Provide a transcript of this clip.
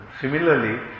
Similarly